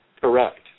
correct